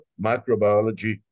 microbiology